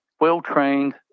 well-trained